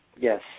Yes